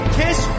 kiss